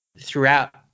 throughout